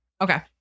Okay